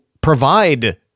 provide